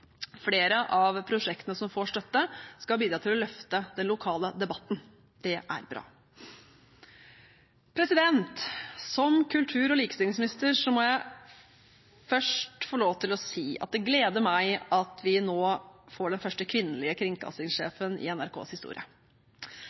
Flere av prosjektene som får støtte, skal bidra til å løfte den lokale debatten. Det er bra. Som kultur- og likestillingsminister må jeg få lov til å si at det gleder meg at vi nå får den første kvinnelige kringkastingssjefen i NRKs historie.